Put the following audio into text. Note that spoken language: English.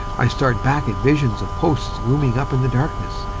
i start back at visions of posts looming up in the darkness,